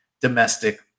domestic